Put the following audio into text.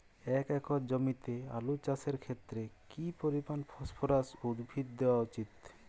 এক একর জমিতে আলু চাষের ক্ষেত্রে কি পরিমাণ ফসফরাস উদ্ভিদ দেওয়া উচিৎ?